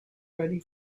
ready